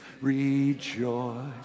rejoice